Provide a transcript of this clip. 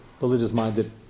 religious-minded